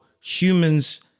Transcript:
humans